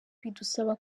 bidusaba